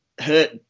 hurt